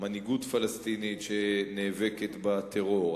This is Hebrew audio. מנהיגות פלסטינית שנאבקת בטרור,